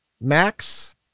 Max